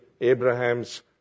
Abraham's